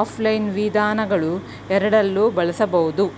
offline ವಿಧಾನಗಳುಎರಡರಲ್ಲೂ ಬಳಸಬಹುದು